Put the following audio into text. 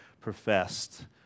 professed